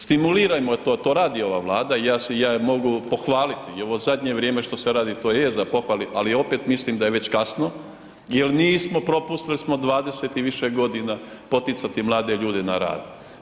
Stimulirajmo to, to radi ova Vlada i ja je mogu pohvaliti i ovo zadnje vrijeme što se radi to je za pohvalit, ali opet mislim da je već kasno jel nismo, propustili smo 20 i više godina poticati mlade ljude na rad.